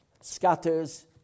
scatters